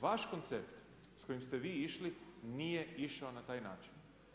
Vaš koncept s kojim ste vi išli, nije išao na taj način.